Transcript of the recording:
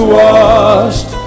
washed